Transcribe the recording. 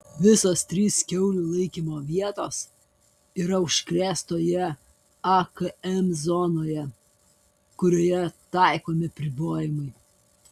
visos trys kiaulių laikymo vietos yra užkrėstoje akm zonoje kurioje taikomi apribojimai